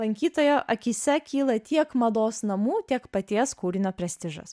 lankytojo akyse kyla tiek mados namų tiek paties kūrinio prestižas